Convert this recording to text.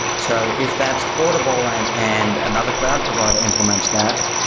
so if that's portable and and another cloud provider implements that,